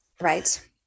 Right